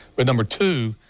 but number two,